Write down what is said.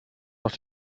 noch